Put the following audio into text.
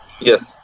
Yes